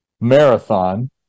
Marathon